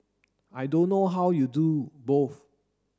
I don't know how you do both